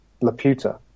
laputa